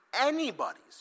anybody's